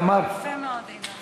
יפה מאוד, אילן.